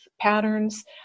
patterns